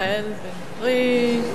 מיכאל בן-ארי,